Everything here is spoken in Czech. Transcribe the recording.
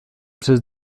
přes